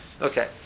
Okay